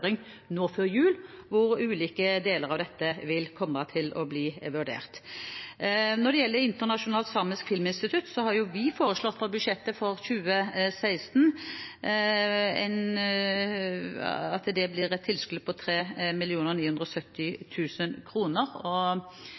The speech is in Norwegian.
nå før jul, hvor ulike deler av dette vil bli vurdert. Når det gjelder Internasjonalt Samisk Filminstitutt, har vi i budsjettet for 2016 foreslått at det får et tilskudd på